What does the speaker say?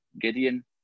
Gideon